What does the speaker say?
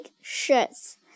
shirts